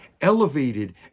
elevated